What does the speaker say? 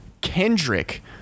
Kendrick